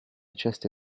ceste